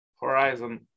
horizon